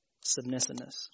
submissiveness